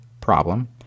problem